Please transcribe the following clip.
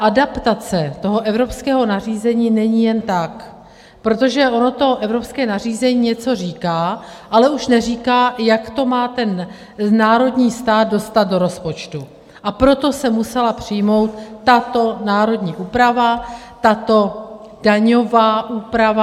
Adaptace toho evropského nařízení není jen tak, protože ono to evropské nařízení něco říká, ale už neříká, jak to má národní stát dostat do rozpočtu, a proto se musela přijmout tato národní úprava, tato daňová úprava.